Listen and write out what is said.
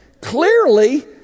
Clearly